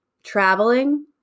traveling